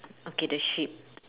okay the sheep